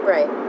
Right